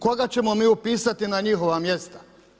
Koga ćemo mi upisati na njihova mjesta?